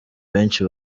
benshi